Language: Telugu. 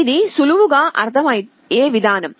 ఇది సులువుగా అర్ధమయే విధానం